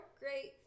great